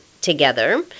together